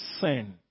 sin